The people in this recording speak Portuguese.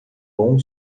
bom